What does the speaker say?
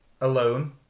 alone